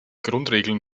grundregeln